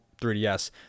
3DS